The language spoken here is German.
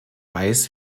weiß